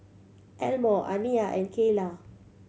Elmore Aniya and Keyla